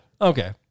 Okay